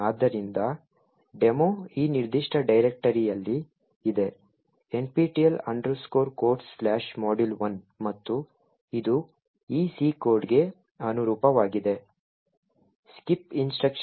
ಆದ್ದರಿಂದ ಡೆಮೊ ಈ ನಿರ್ದಿಷ್ಟ ಡೈರೆಕ್ಟರಿಯಲ್ಲಿ ಇದೆ nptel codes module1 ಮತ್ತು ಇದು ಈ C ಕೋಡ್ಗೆ ಅನುರೂಪವಾಗಿದೆ skipinstruction